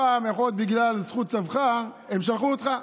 הפעם, יכול להיות שבגלל זכות סבך, הם שלחו אותך.